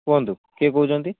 କୁହନ୍ତୁ କିଏ କହୁଛନ୍ତି